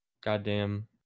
Goddamn